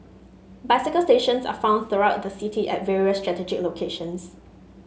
bicycle stations are found throughout the city at various strategic locations